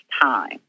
time